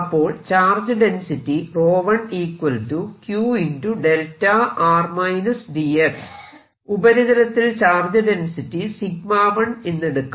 അപ്പോൾ charge density ഉപരിതലത്തിൽ charge density 𝜎 1 എന്നെടുക്കാം